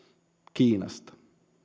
kiinasta